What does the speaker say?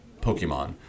Pokemon